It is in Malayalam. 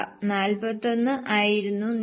41 ആയിരുന്നു നികുതി